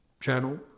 channel